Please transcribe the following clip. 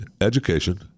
education